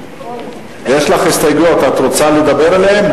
יש לך הסתייגויות, את רוצה לדבר עליהן?